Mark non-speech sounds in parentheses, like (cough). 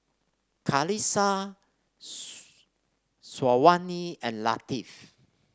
Qalisha (unintelligible) Syazwani and Latif